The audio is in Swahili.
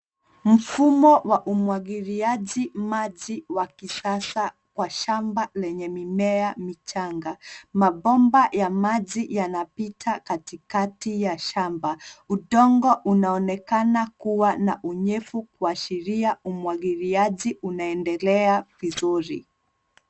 Mfumo wa umwagiliaji maji wa kisasa kwa shamba lenye mimea michanga. Mabomba ya maji yanapita katikati ya shamba. Udongo unaonekana kuwa na unyevu kuashiria umwagiliaji unaendelea vizuri.